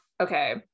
Okay